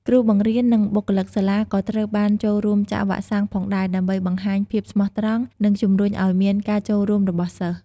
គ្រូបង្រៀន និងបុគ្គលិកសាលាក៏ត្រូវបានចូលរួមចាក់វ៉ាក់សាំងផងដែរ ដើម្បីបង្ហាញភាពស្មោះត្រង់ និងជម្រុញអោយមានការចូលរួមរបស់សិស្ស។